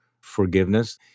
forgiveness